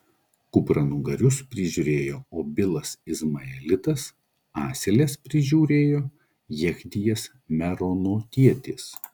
kupranugarius prižiūrėjo obilas izmaelitas asiles prižiūrėjo jechdijas meronotietis